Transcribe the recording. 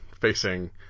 facing